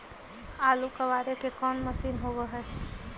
आलू कबाड़े के कोन मशिन होब है?